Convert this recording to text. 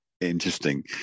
interesting